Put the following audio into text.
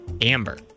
Amber